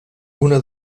una